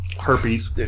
herpes